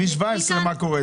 מ-2017 מה קרה?